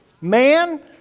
Man